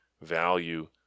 value